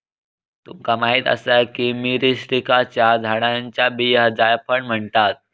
तुमका माहीत आसा का, मिरीस्टिकाच्या झाडाच्या बियांका जायफळ म्हणतत?